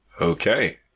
Okay